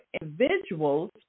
individuals